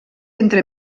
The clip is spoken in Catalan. entre